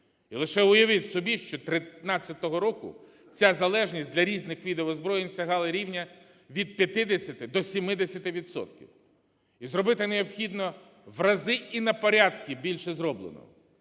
І лише уявіть собі, що 13 року ця залежність для різних видів озброєнь сягала рівня від 50 до 70 відсотків. І зробити необхідно в рази і на порядки більше зробленого.